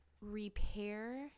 repair